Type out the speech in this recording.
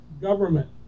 government